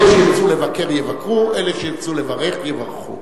אלה שירצו לבקר יבקרו, ואלה שירצו לברך יברכו.